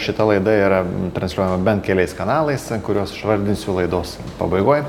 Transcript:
šita laida yra transliuojama bent keliais kanalais kuriuos išvardinsiu laidos pabaigoj